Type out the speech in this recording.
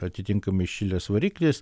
atitinkamai įšilęs variklis